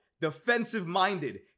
Defensive-minded